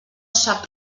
sap